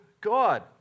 God